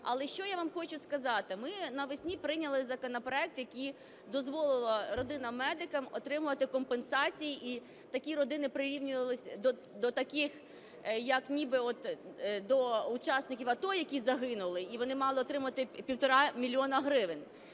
Але що явам хочу сказати, ми навесні прийняли законопроект, який дозволив родинам медиків отримувати компенсації, і такі родини прирівнювались до таких, як ніби от до учасників АТО, які загинули, і вони мали отримувати 1,5 мільйона гривень.